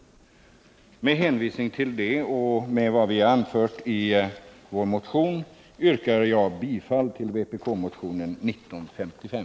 Med hänvisning till detta och till vad vi anfört i vår motion yrkar jag bifall till vpk-motionen 1955.